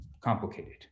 complicated